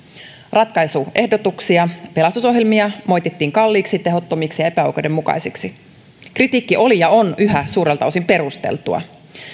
ratkaisuehdotuksia pelastusohjelmia moitittiin kalliiksi tehottomiksi ja epäoikeudenmukaisiksi kritiikki oli ja on yhä suurelta osin perusteltua